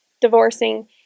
divorcing